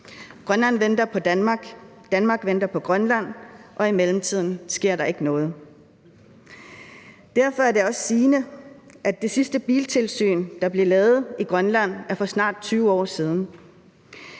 Grønland venter på Danmark, og Danmark venter på Grønland, og i mellemtiden sker der ikke noget. Derfor er det også sigende, at det sidste biltilsyn, der blev lavet i Grønland, er for snart 20 år siden.